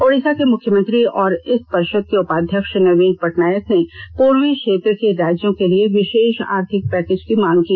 ओडिसा के मुख्यमंत्री और इस परिषद के उपाध्यक्ष नवीन पटनायक ने पूर्वी क्षेत्र के राज्यों के लिए विशेष आर्थिक पैकेज की मांग की